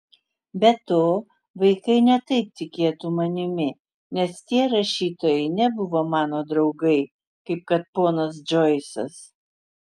be to vaikai ne taip tikėtų manimi nes tie rašytojai nebuvo mano draugai kaip kad ponas džoisas